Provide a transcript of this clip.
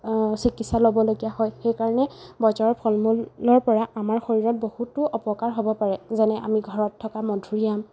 চিকিৎসা ল'বলগীয়া হয় সেইকাৰণে বজাৰৰ ফল মূলৰ পৰা আমাৰ শৰীৰত বহুতো অপকাৰ হ'ব পাৰে যেনে আমি ঘৰত থকা মধুৰি আম